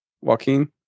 Joaquin